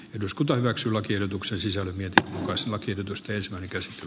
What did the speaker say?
eduskunta hyväksyi lakiehdotuksen sisältö myötä asema kidutusteisvärikäs